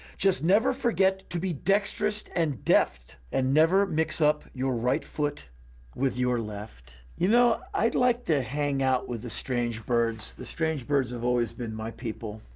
just never forget to be dexterous and deft. and never mix up your right foot with your left. you know, i'd like to hang out with the strange birds. the strange birds have always been my people.